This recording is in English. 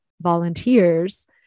volunteers